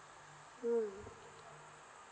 mm